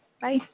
Bye